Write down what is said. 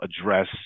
address